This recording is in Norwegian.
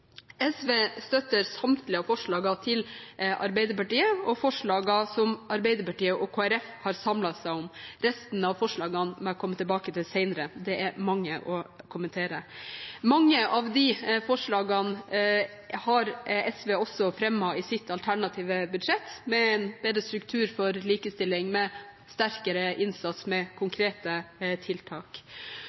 SV støtter samtlige av forslagene fra Arbeiderpartiet og forslagene som Arbeiderpartiet og Kristelig Folkeparti har samlet seg om. Resten av forslagene må jeg komme tilbake til senere. Det er mange å kommentere. Mange av de forslagene har SV også fremmet i sitt alternative budsjett – med bedre struktur for likestilling, med sterkere innsats, med konkrete tiltak.